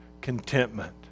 contentment